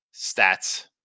stats